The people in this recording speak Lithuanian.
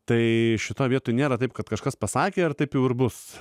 tai šitoje vietoj nėra taip kad kažkas pasakė ar taip į urvus